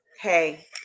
Hey